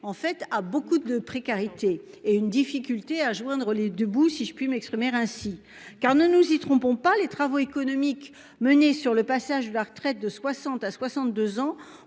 en fait à beaucoup de précarité et une difficulté à joindre les 2 bouts si je puis m'exprimer ainsi. Car ne nous y trompons pas, les travaux économiques menées sur le passage de la retraite de 60 à 62 ans